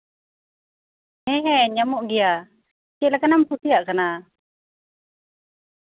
ᱦᱮᱸ ᱦᱮᱸ ᱧᱟᱢᱚᱜ ᱜᱮᱭᱟ ᱪᱮᱫ ᱞᱮᱠᱟᱱᱟᱜ ᱮᱢ ᱠᱷᱚᱡᱚᱜ ᱠᱟᱱᱟ